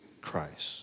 Christ